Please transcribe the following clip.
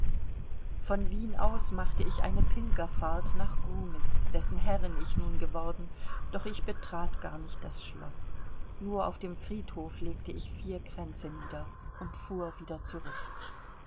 von wien aus machte ich eine pilgerfahrt nach grumitz dessen herrin ich nun geworden doch ich betrat gar nicht das schloß nur auf dem friedhof legte ich vier kränze nieder und fuhr wieder zurück